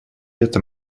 этом